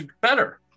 better